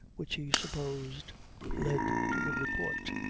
which he supposed led to the report.